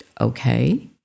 okay